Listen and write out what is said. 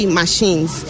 machines